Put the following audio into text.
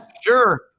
Sure